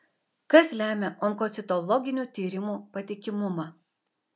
kas lemia onkocitologinių tyrimų patikimumą